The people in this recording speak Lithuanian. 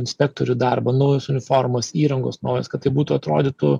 inspektorių darbą naujos uniformos įrangos naujos kad tai būtų atrodytų